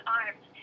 arms